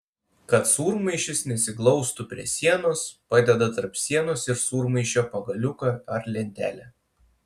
kad sūrmaišis nesiglaustų prie sienos padeda tarp sienos ir sūrmaišio pagaliuką ar lentelę